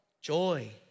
joy